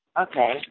Okay